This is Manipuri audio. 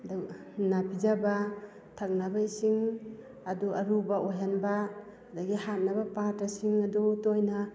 ꯂꯨꯅ ꯄꯤꯖꯕ ꯊꯛꯅꯕ ꯏꯁꯤꯡ ꯑꯗꯨ ꯑꯔꯨꯕ ꯑꯣꯏꯍꯟꯕ ꯑꯗꯨꯗꯒꯤ ꯍꯥꯞꯅꯕ ꯄꯥꯠꯇ꯭ꯔꯁꯤꯡ ꯑꯗꯨ ꯇꯣꯏꯅ